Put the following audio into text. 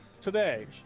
today